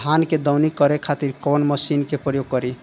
धान के दवनी करे खातिर कवन मशीन के प्रयोग करी?